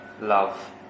love